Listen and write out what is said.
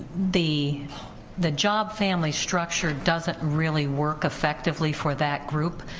the the job family structure doesn't really work effectively for that group,